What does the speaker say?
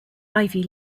ivy